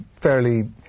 fairly